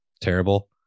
terrible